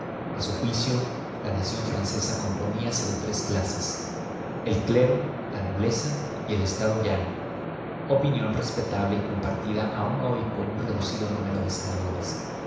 a su juicio la nación francesa componíase de tres clases el clero la nobleza y el estado llano opinión respetable y compartida hoy aún por un reducido número de senadores